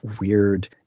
weird